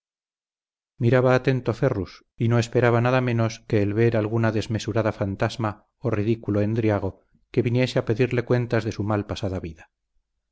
suyas miraba atento ferrus y no esperaba nada menos que el ver alguna desmesurada fantasma o ridículo endriago que viniese a pedirle cuentas de su mal pasada vida